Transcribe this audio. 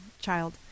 child